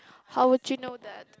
how would you know that